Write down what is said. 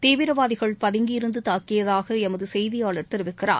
தீவிரவாதிகள் பதங்கியிருந்துதாக்கியதாகஎமதுசெய்தியாளர் தெரிவிக்கிறார்